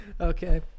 Okay